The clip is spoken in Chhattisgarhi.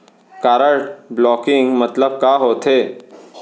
कारड ब्लॉकिंग मतलब का होथे?